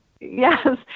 Yes